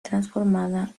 transformada